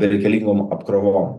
bereikalingom apkrovom